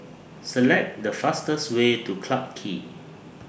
Select The fastest Way to Clarke Quay